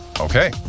Okay